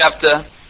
chapter